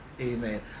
Amen